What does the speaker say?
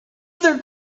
other